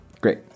Great